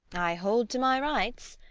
i hold to my rights.